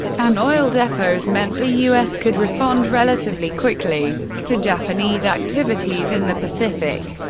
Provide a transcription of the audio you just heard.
and oil depots meant the u s. could respond relatively quickly to japanese activities in the pacific.